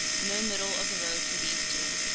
no middle of the road for these two.